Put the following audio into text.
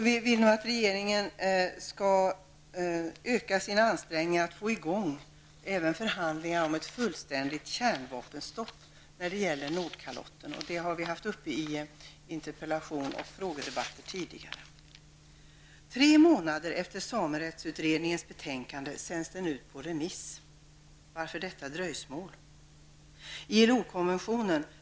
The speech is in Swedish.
Vi vill nu att regeringen skall öka sina ansträngningar att få i gång förhandlingar om ett fullständigt kärnvapenstopp när det gäller Nordkalotten. Denna fråga har tidigare varit uppe i interpellations och frågedebatter. Tre månader efter det att samerättsutredningen lade fram sitt betänkande sänds det ut på remiss. Varför detta dröjsmål?